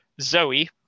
zoe